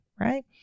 right